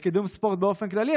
לקידום ספורט באופן כללי,